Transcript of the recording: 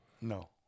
No